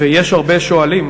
ויש הרבה שואלים,